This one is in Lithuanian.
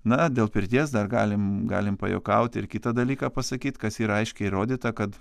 na dėl pirties dar galim galim pajuokaut ir kitą dalyką pasakyt kas yra aiškiai įrodyta kad